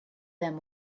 them